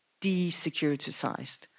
de-securitized